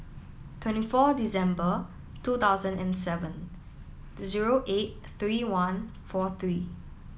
twenty four December two thousand and seven zero eight three one four three